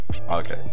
Okay